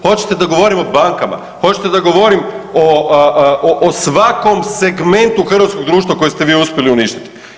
Hoćete da govorim o bankama, hoćete da govorim o svakom segmentu hrvatskog društva koje ste vi uspjeli uništiti.